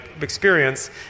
experience